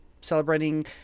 celebrating